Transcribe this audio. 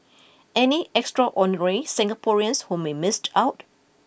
any extraordinary Singaporeans whom we missed out